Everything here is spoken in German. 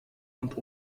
und